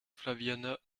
flaviana